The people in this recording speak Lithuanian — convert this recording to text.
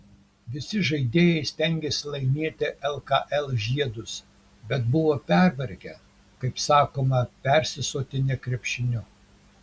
visi žaidėjai stengėsi laimėti lkl žiedus bet buvo pervargę kaip sakoma persisotinę krepšiniu